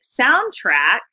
soundtrack